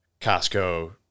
Costco